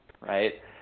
right